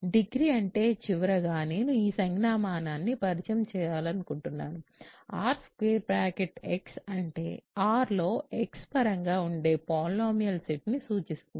degree అంటే చివరగా నేను ఈ సంజ్ఞామానాన్ని పరిచయం చేయాలనుకుంటున్నాను Rxఅంటే R లో x పరంగా ఉండే పాలినామిల్ సెట్ ని సూచిస్తుంది